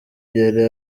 yari